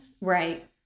Right